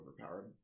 overpowered